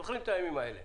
זוכרים את הימים האלה.